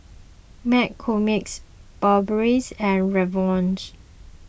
McCormick's Burberry and Revlon